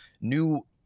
new